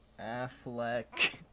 Affleck